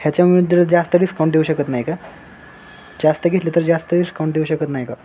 ह्याच्यामुळे जर जास्त डिस्काउंट देऊ शकत नाही का जास्त घेतली तर जास्त इस्काउंट देऊ शकत नाही का